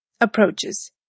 approaches